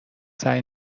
سعی